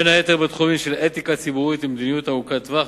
בהתאם לחלקם היחסי באוכלוסייה?